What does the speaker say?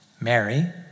Mary